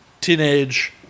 teenage